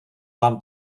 vám